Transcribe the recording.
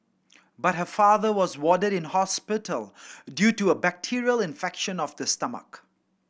but her father was warded in hospital due to a bacterial infection of the stomach